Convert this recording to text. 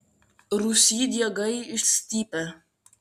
rūsy diegai išstypę